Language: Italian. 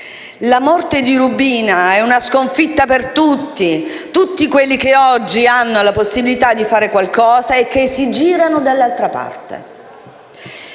la morte di Rubina è una sconfitta per tutti, tutti quelli che oggi hanno la possibilità di fare qualcosa e che si girano dall'altra parte.